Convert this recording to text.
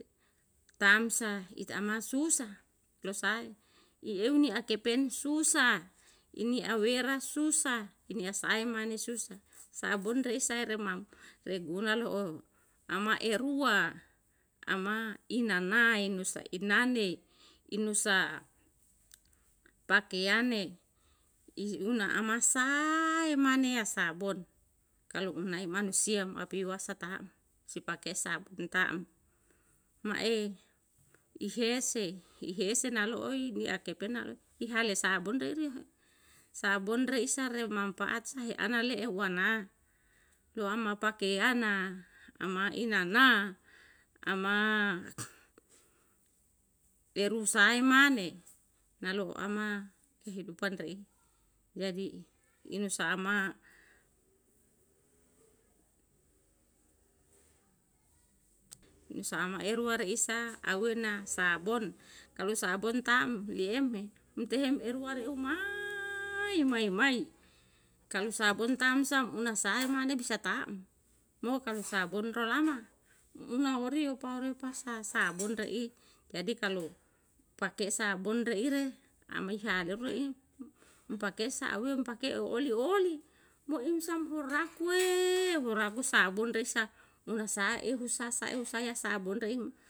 Taa'm sa ita ma susa lo sae i eu ni akepen susah ini awera susa ini asae mane susah sabun re isa e remam reguna lo'o ama erua ama ina nae nusa ina ne i nusa pakeane i una ama sae mane ya sabon kalu unai manusia ma pi wasa taa'm si pake sabun taa'm ma'e i hese i hese naloi ni akepen naloi iha le sabun re ire he sabun re isa re mampaat sa he ana lehe wana yo ama pakean na ama ina na ama eru sae mane na lo'o ama kehidupan re'i jadi i nusa ama nusa ama eru ware isa aue na sabon kalo sabon taa'm liem me um tehem eru ware umai umai umai kalo sabun taa'm sa una sae mane bisa taa'm mo kalu sabun ro lama muna orio pa orio pa sa sabun re'i jadi kalu pake sabun re ire pake sa awumem pake o oli oli mo im sam mo raku e hu raku sabun re sa muna sa ehu sa sa ehu saya sabun reim